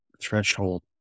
threshold